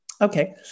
Okay